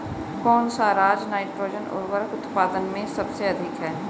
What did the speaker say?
कौन सा राज नाइट्रोजन उर्वरक उत्पादन में सबसे अधिक है?